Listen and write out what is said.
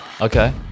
Okay